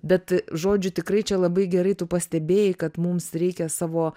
bet žodžiu tikrai čia labai gerai tu pastebėjai kad mums reikia savo